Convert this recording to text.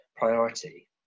priority